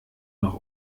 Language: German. noch